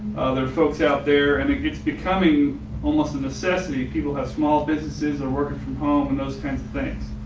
there folks out there and it gets becoming almost a necessity. people have small businesses and working from home and those kinds of things.